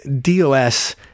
DOS